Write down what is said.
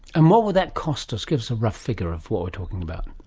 and what would that cost us? give us a rough figure of what we're talking about.